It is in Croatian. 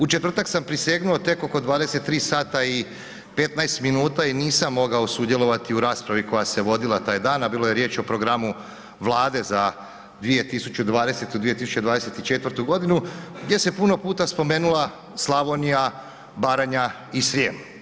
U četvrtak sam prisegnuo tek oko 23 sata i 15 minuta i nisam mogao sudjelovati u raspravi koja se vodila taj dan, a bilo je riječ o programu vlade za 2020-2024.g. gdje se puno puta spomenula Slavonija, Baranja i Srijem.